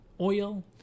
oil